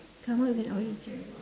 come out with an origin